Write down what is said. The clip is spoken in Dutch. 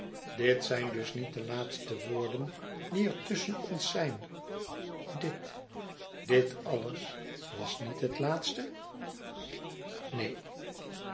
dit zijn dus niet de laatste woorden die er tusschen ons zijn dit dit alles was niet het laatste neen